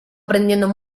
aprendiendo